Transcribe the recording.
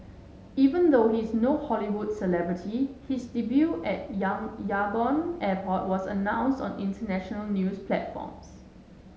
even though he is no Hollywood celebrity his debut at Yang on airport was announced on international news platforms